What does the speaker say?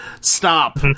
stop